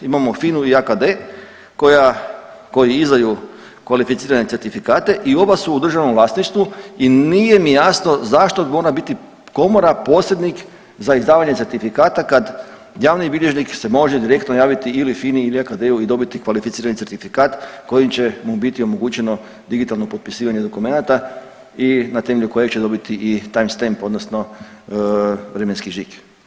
Imamo FINA-u i AKD koji izdaju kvalificirane certifikate i oba su u državnom vlasništvu i nije mi jasno zašto mora biti Komora posrednik za izdavanje certifikata kad javni bilježnik se može direktno javiti ili FINA-i ili AKD-u i dobiti kvalificirani certifikat kojim će mu biti omogućeno digitalno potpisivanje dokumenata i na temelju kojeg će dobiti i time stamp, odnosno vremenski žig.